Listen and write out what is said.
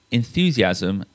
enthusiasm